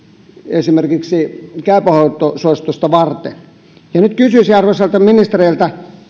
esimerkiksi käypä hoito suositusta varten nyt kysyisin arvoisilta ministereiltä